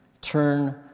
turn